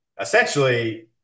essentially